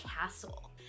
castle